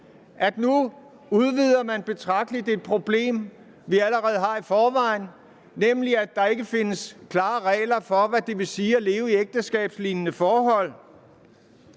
grad udvider det problem, vi allerede har i forvejen, nemlig at der ikke findes klare regler for, hvad det vil sige at leve i ægteskabslignende forhold.